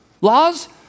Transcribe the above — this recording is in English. Laws